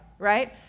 right